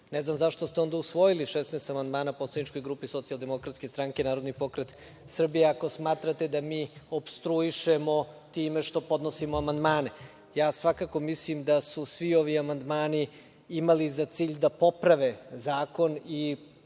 Ne znam zašto ste onda usvojili 16 amandmana poslaničke grupe Socijaldemokratske stranke-Narodni pokret Srbije, ako smatrate da mi opstruišemo time što podnosimo amandmane? Svakako mislim da su svi ovi amandmani imali za cilj da poprave zakon i